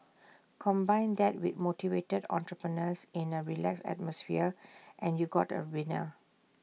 combine that with motivated entrepreneurs in A relaxed atmosphere and you got A winner